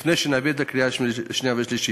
לפני שנביא את זה לקריאה שנייה ושלישית.